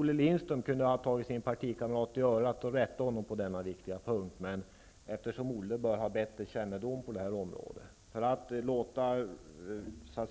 Olle Lindström kunde ha tagit sin partikamrat i örat och rättat honom på denna viktiga punkt, eftersom Olle Lindström har bättre kännedom på detta område. Att